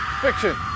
fiction